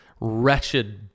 wretched